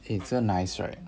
eh this [one] nice right